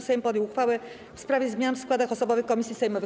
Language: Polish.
Sejm podjął uchwałę w sprawie zmian w składach osobowych komisji sejmowych.